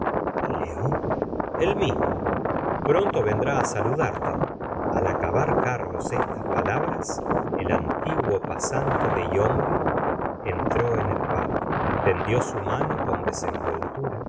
león el mismo pronto vendrá á saludarte al acabar oarlos estas palabras el antiguo pasante de yonville entró en el palco tendió su mano con